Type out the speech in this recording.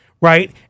right